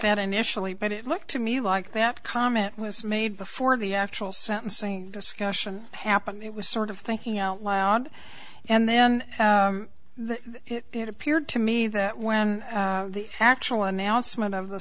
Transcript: that initially but it looked to me like that comment was made before the actual sentencing discussion happened it was sort of thinking out loud and then it appeared to me that when the actual announcement of the